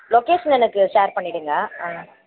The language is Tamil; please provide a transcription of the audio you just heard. லொகேஷன் எனக்கு ஷேர் பண்ணிடுங்க